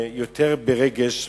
עם רגש.